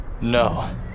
No